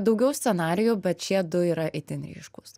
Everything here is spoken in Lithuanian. daugiau scenarijų bet šie du yra itin ryškūs